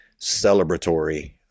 celebratory